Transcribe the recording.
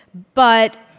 but.